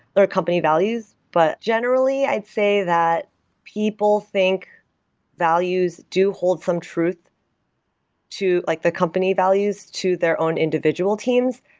or company values. but generally, i'd say that people think values do hold some truth to, like the company values to their own individual teams.